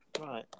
Right